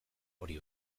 hori